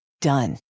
Done